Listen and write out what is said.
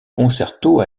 concerto